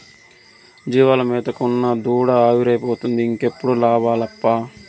జీవాల మేతకే ఉన్న దుడ్డు ఆవిరైపోతుంటే ఇంకేడ లాభమప్పా